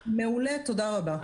מעולה, תודה רבה.